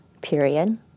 period